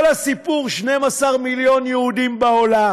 כל הסיפור, 12 מיליון יהודים בעולם